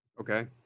Okay